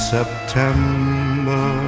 September